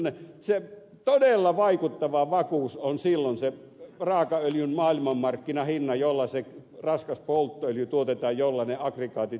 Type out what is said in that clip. tiusanen se todella vaikuttava vakuus on silloin se raakaöljyn maailmanmarkkinahinta jolla se raskas polttoöljy tuotetaan jolla ne aggregaatit jyystävät sitä sähköä